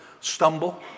stumble